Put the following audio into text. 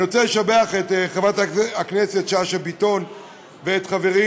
אני רוצה לשבח את חברת הכנסת שאשא ביטון ואת חברי